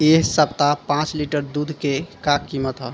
एह सप्ताह पाँच लीटर दुध के का किमत ह?